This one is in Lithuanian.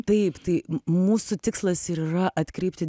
taip tai mūsų tikslas ir yra atkreipti